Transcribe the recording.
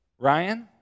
Ryan